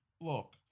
look